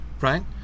right